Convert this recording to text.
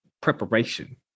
Preparation